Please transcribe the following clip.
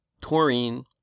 taurine